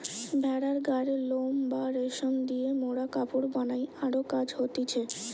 ভেড়ার গায়ের লোম বা রেশম দিয়ে মোরা কাপড় বানাই আরো কাজ হতিছে